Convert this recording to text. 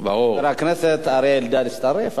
חבר הכנסת אריה אלדד יצטרף אז.